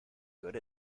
good